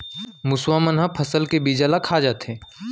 मुसवा मन ह फसल के बीजा ल खा जाथे